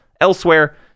elsewhere